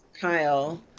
Kyle